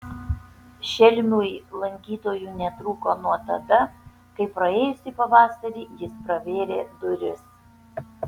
šelmiui lankytojų netrūko nuo tada kai praėjusį pavasarį jis pravėrė duris